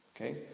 Okay